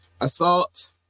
assault